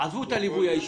עזבו את הליווי האישי.